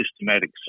systematic